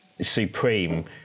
supreme